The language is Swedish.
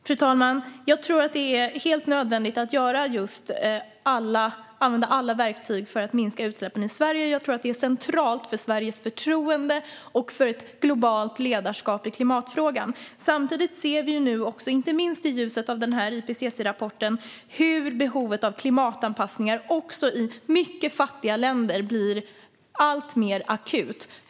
Fru talman! Jag tror att det är helt nödvändigt att använda alla verktyg för att minska utsläppen i Sverige. Det är centralt för Sveriges förtroende och för ett globalt ledarskap i klimatfrågan. Samtidigt ser vi nu inte minst i ljuset av IPCC-rapporten hur behovet av klimatanpassningar också i mycket fattiga länder blir alltmer akut.